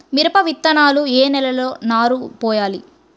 మిరప విత్తనాలు ఏ నెలలో నారు పోయాలి?